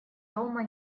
дома